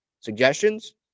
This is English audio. suggestions